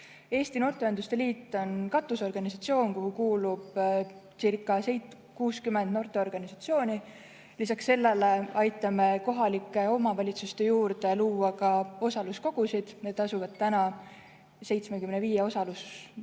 Eesti Noorteühenduste Liit on katusorganisatsioon, kuhu kuulubcirca60 noorteorganisatsiooni. Lisaks sellele aitame kohalike omavalitsuste juurde luua osaluskogusid. Need asuvad täna 75 omavalitsuse